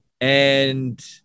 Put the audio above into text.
and-